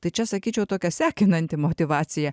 tai čia sakyčiau tokia sekinanti motyvacija